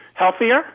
healthier